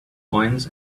coins